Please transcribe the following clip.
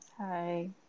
Hi